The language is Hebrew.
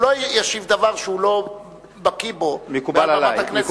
הוא לא ישיב דבר שהוא לא בקי בו מעל במת הכנסת.